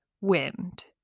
wind